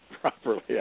properly